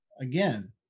again